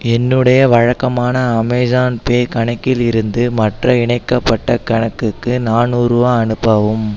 என்னுடைய வழக்கமான Amazon pay கணக்கிலிருந்து மற்ற இணைக்கப்பட்ட கணக்குக்கு நானூறுபா அனுப்பவும்